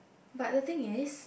but the thing is